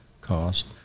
cost